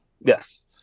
Yes